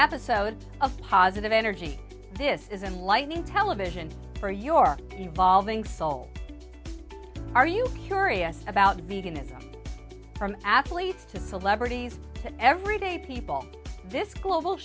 episode of positive energy this isn't lightning television for your involving soul are you curious about meeting it from athletes to celebrities to everyday people this global